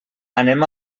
anem